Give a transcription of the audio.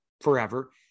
forever